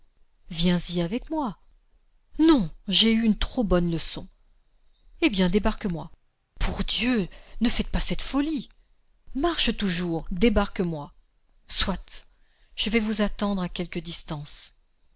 viens-y avec moi non j'ai eu une trop bonne leçon eh bien débarque moi pour dieu ne faites pas cette folie marche toujours débarque moi soit je vais vous attendre à quelque distance